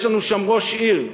יש לנו שם ראש עיר,